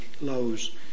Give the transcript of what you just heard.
lows